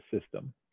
system